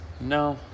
No